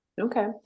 Okay